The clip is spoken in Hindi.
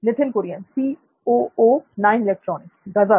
नित्थिन कुरियन गजब